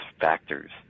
factors